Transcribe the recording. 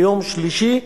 ביום שלישי,